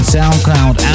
SoundCloud